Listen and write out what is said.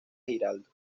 giraldo